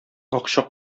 акча